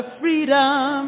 freedom